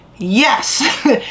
Yes